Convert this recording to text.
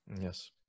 Yes